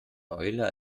eule